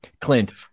Clint